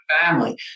family